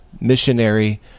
missionary